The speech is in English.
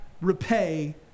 repay